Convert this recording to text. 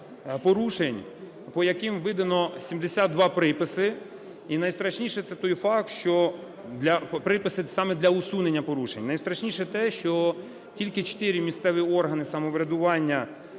порушень, по яким видано 72 приписи. І найстрашніше, це той факт, що приписи саме для усунення порушень, найстрашніше те, що тільки 4 місцеві органи самоврядування